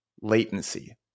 latency